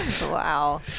Wow